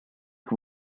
que